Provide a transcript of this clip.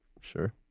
Sure